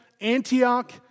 Antioch